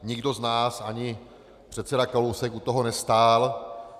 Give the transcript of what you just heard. Nikdo z nás, ani předseda Kalousek, u toho nestál.